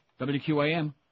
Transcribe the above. WQAM